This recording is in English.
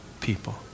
people